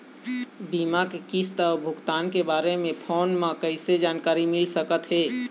बीमा के किस्त अऊ भुगतान के बारे मे फोन म कइसे जानकारी मिल सकत हे?